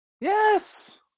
Yes